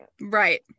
Right